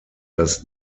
das